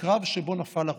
בקרב שבו נפל הרובע.